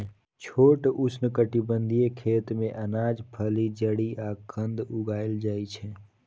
छोट उष्णकटिबंधीय खेत मे अनाज, फली, जड़ि आ कंद उगाएल जाइ छै